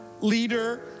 leader